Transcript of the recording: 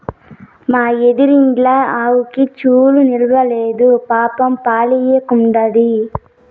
మా ఎదురిండ్ల ఆవుకి చూలు నిల్సడంలేదు పాపం పాలియ్యకుండాది